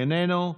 איננו,